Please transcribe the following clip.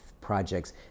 projects